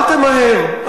אל תמהר.